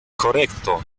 correcto